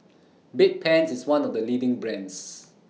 Bedpans IS one of The leading brands